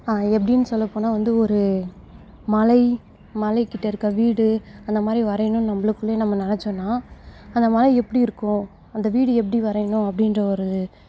அ எப்படின்னு சொல்லப்போனால் வந்து ஒரு மலை மலைக்கிட்ட இருக்க வீடு அந்த மாதிரி வரையணும்னு நம்மளுக்குள்ளே நம்ம நினச்சோன்னா அந்த மலை எப்படி இருக்கும் அந்த வீடு எப்படி வரையணும் அப்படின்ற ஒரு